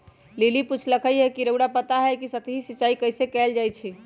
lily पुछलई ह कि रउरा पता हई कि सतही सिंचाई कइसे कैल जाई छई